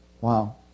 Wow